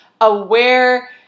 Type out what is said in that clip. aware